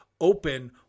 Open